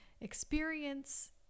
experience